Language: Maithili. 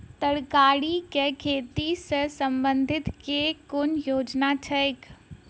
तरकारी केँ खेती सऽ संबंधित केँ कुन योजना छैक?